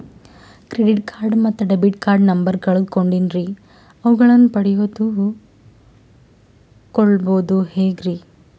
Credit card ಮತ್ತು debit card number ಕಳೆದುಕೊಂಡಿನ್ರಿ ಅವುಗಳನ್ನ ಪಡೆದು ಕೊಳ್ಳೋದು ಹೇಗ್ರಿ?